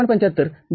७५ ०